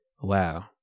wow